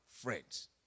Friends